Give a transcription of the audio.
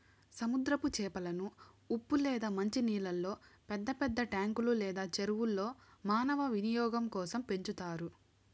సముద్రపు చేపలను ఉప్పు లేదా మంచి నీళ్ళల్లో పెద్ద పెద్ద ట్యాంకులు లేదా చెరువుల్లో మానవ వినియోగం కోసం పెంచుతారు